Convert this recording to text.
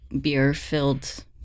beer-filled